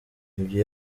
ibyo